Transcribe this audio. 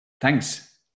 Thanks